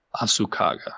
Asukaga